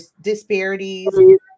disparities